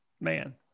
man